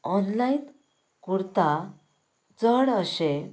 online kurta चड अशें